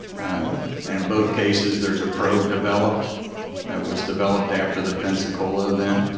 and and both cases there's a probe developed that was developed after the pensacola event,